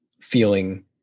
feeling